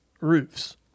roofs